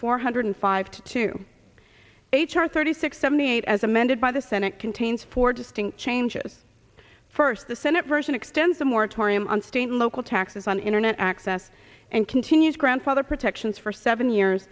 four hundred five to two h r thirty six seventy eight as amended by the senate contains four distinct changes first the senate version extends a moratorium on state local taxes on internet access and continues grandfather protections for seven years